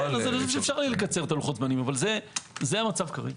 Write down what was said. אבל זה המצב כרגע.